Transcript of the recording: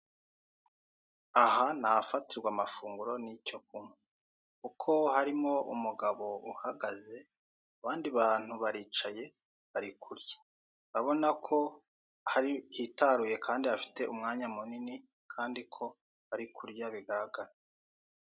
Aha ni bafatira amafunguro ni icyo kunywa kuko harimo umugabo uhagaze abandi bantu baricaye bari kurya, urabona ko hitaruye kandi hafite umwanya munini kandi ko bari kurya bigaragara